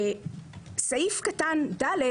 סעיף קטן (ד),